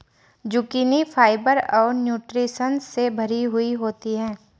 zucchini fibre और nutritions से भरी हुई होती है